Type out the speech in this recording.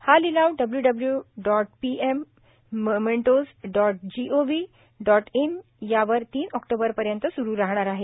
हा लिलाव W W dot P M mementos dot G O V dot इनवर तीन ऑक्टोबरपर्यंत सुरू राहणार आहे